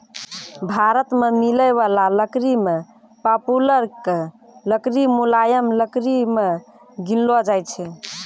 भारत मॅ मिलै वाला लकड़ी मॅ पॉपुलर के लकड़ी मुलायम लकड़ी मॅ गिनलो जाय छै